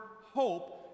hope